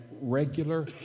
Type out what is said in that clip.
regular